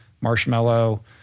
marshmallow